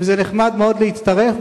וזה נחמד מאוד להצטרף,